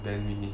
then we